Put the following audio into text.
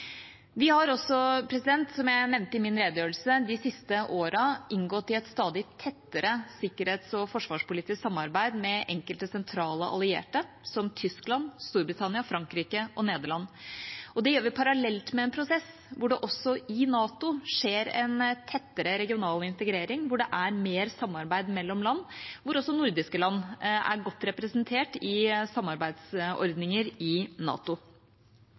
Vi har også, som jeg nevnte i min redegjørelse, de siste årene inngått i et stadig tettere sikkerhets- og forsvarspolitisk samarbeid med enkelte sentrale allierte, som Tyskland, Storbritannia, Frankrike og Nederland. Det gjør vi parallelt med en prosess hvor det også i NATO skjer en tettere regional integrering, hvor det er mer samarbeid mellom land, hvor også nordiske land er godt representert i samarbeidsordninger i NATO.